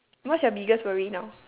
what's your biggest worry now